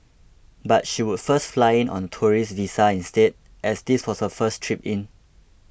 but she would first fly in on a tourist visa instead as this was her first trip in